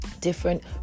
different